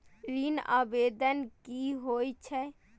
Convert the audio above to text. ऋण आवेदन की होय छै?